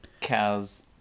cows